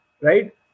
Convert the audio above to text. Right